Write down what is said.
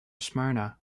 smyrna